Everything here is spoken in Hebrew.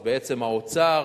אז בעצם האוצר,